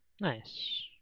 Nice